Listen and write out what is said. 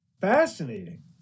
fascinating